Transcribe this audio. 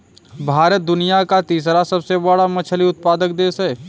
भारत दुनिया का तीसरा सबसे बड़ा मछली उत्पादक देश है